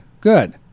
Good